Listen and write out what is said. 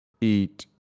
eat